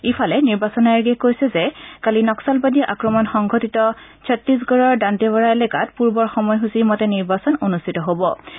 ইফালে নিৰ্বাচন আয়োগে কৈছে যে কালি নক্সালবাদী আক্ৰমণ সংঘটিত ছটিশগড়ৰ দান্তেৱাৰা এলেকাত পূৰ্বৰ সময়সূচীৰ মতে নিৰ্বাচন অনুষ্ঠিত হ'ব